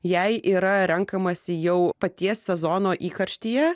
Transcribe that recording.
jei yra renkamasi jau paties sezono įkarštyje